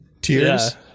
tears